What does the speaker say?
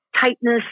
tightness